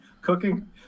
cooking